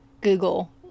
Google